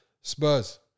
Spurs